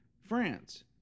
France